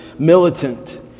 militant